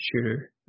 shooter